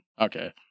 Okay